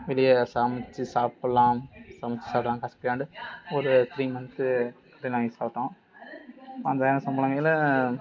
வெளியே சமைத்து சாப்பிட்லாம் சமைத்து சாப்பிடலாம் கசக்குதாண்டு ஒரு த்ரீ மந்த்து அப்படி நாங்கள் சாப்பிட்டோம் அந்த சம்பளங்கயில்